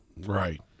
Right